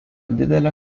didelę